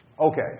Okay